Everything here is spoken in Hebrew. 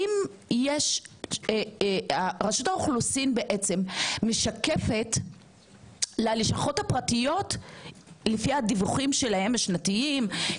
רשות האוכלוסין בעצם משקפת ללשכות הפרטיות לפי הדיווחים שלהם השנתיים,